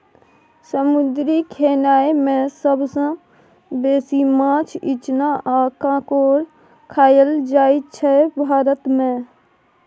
समुद्री खेनाए मे सबसँ बेसी माछ, इचना आ काँकोर खाएल जाइ छै भारत मे